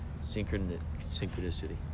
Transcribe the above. Synchronicity